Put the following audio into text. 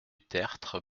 tertre